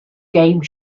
game